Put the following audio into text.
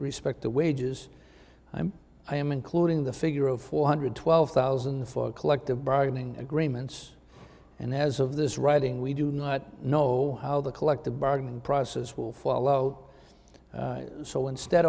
respect to wages i'm i am including the figure of four hundred twelve thousand for collective bargaining agreements and as of this writing we do not know how the collective bargaining process will follow so instead